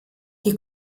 die